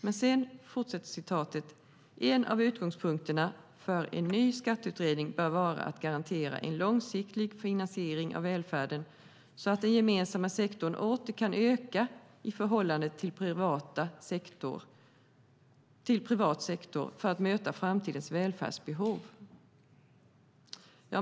Men sedan fortsätter Emma Wallrup: "En av utgångspunkterna för en ny skatteutredning bör vara att garantera en långsiktig finansiering av välfärden så att den gemensamma sektorn åter kan öka i förhållande till privat sektor för att möta framtida välfärdsbehov."